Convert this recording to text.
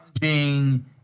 challenging